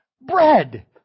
bread